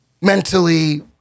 mentally